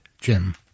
Jim